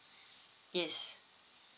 yes